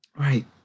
right